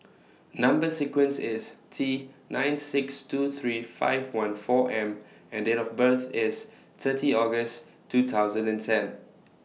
Number sequence IS T nine six two three five one four M and Date of birth IS thirty August two thousand and ten